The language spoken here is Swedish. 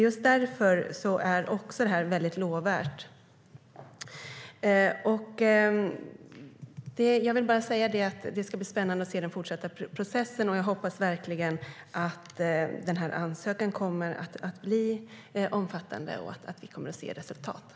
Just därför är det här lovvärt.